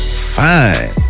fine